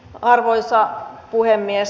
arvoisa puhemies